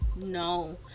No